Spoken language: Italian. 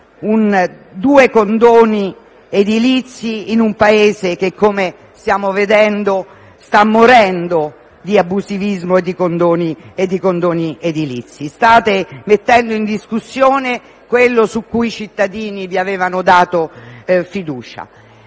due condoni edilizi in un Paese che, come stiamo vedendo, sta morendo di abusivismo e di condoni edilizi. State mettendo in discussione quello su cui i cittadini vi avevano dato fiducia.